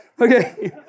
Okay